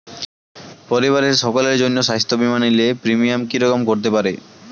পরিবারের সকলের জন্য স্বাস্থ্য বীমা নিলে প্রিমিয়াম কি রকম করতে পারে?